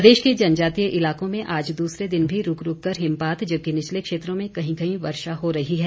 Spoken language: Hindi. मौसम प्रदेश के जनजातीय इलाकों में आज दूसरे दिन भी रूक रूक कर हिमपात जबकि निचले क्षेत्रों में कही कहीं वर्षा हो रही है